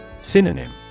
Synonym